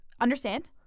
understand